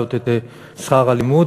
להעלות את שכר הלימוד,